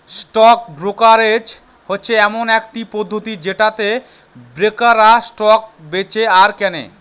stock brokerage হচ্ছে এমন একটি পদ্ধতি যেটাতে ব্রোকাররা স্টক বেঁচে আর কেনে